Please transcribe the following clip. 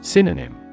Synonym